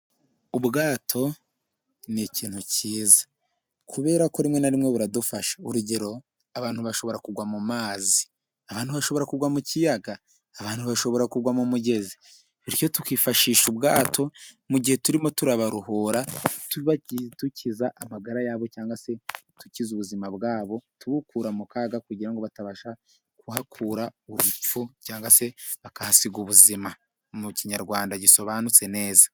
Ubwato ni ikintu kiza, kubera ko rimwe na rimwe buradufasha, urugero abantu bashobora kugwa mu mazi, abantu bashobora kugwa mu kiyaga ,abantu bashobora kugwa mugezi ,bityo tukifashisha ubwato mu gihe turimo turabarohora dukiza amagara yabo, cyangwa se dukiza ubuzima bwabo tubukura mu kaga, kugira ngo batabasha kuhakura urupfu, cyangwa se bakahasiga ubuzima mu kinyarwanda gisobanutse neza.